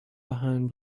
behind